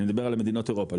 אני מדבר על מדינות אירופה,